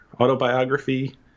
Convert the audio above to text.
autobiography